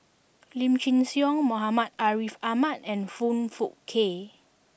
Lim Chin Siong Muhammad Ariff Ahmad and Foong Fook Kay